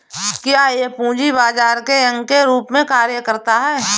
क्या यह पूंजी बाजार के अंग के रूप में कार्य करता है?